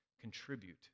contribute